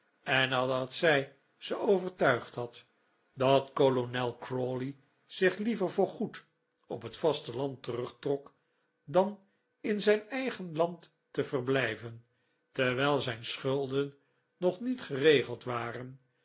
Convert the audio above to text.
en nadat zij ze overtuigd had dat kolonel crawley zich liever voorgoed op het vasteland terugtrok dan in zijn eigen land te verblijven terwijl zijn schulden nog niet geregeld waren